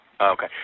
Okay